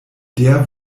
der